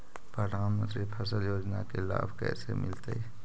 प्रधानमंत्री फसल योजना के लाभ कैसे मिलतै?